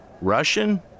Russian